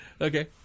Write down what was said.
Okay